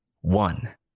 one